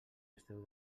esteu